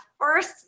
first